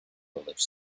village